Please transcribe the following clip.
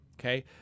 okay